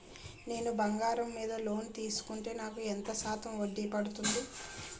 నేను బంగారం మీద లోన్ తీసుకుంటే నాకు ఎంత శాతం వడ్డీ పడుతుంది?